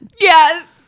Yes